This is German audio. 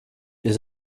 ihr